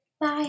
Bye